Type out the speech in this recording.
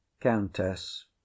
Countess